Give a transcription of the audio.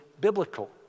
biblical